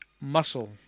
muscle